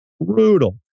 brutal